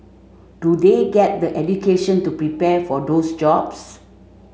do they get the education to prepare for those jobs